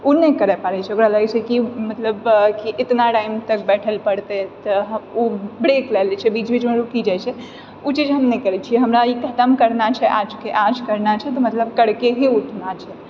उ नहि करै पारै छै ओकरा लागै छै कि मतलब कि इतना टाइम तक बैठे लए पड़तै तऽ उ ब्रेक ले लै छै बीच बीचमे रुकी जाइ छै उ चीज हम नहि करै छी हमरा ई खतम करना छै आजके आज करना छै तऽ मतलब करके ही उठना छै